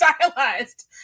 stylized